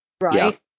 right